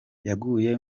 yaguye